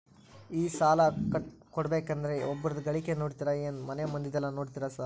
ಈ ಸಾಲ ಕೊಡ್ಬೇಕಂದ್ರೆ ಒಬ್ರದ ಗಳಿಕೆ ನೋಡ್ತೇರಾ ಏನ್ ಮನೆ ಮಂದಿದೆಲ್ಲ ನೋಡ್ತೇರಾ ಸಾರ್?